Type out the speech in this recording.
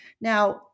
Now